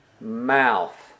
Mouth